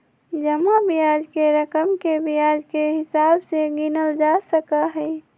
जमा ब्याज के रकम के ब्याज के हिसाब से गिनल जा सका हई